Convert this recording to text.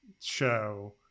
show